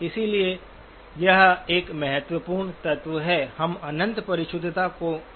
इसलिए यह एक महत्वपूर्ण तत्व है हम इस अनंत परिशुद्धता को मानते हैं